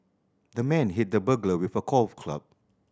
the man hit the burglar with a golf club